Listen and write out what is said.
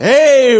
Hey